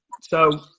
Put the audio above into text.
so-